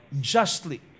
justly